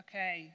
Okay